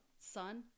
son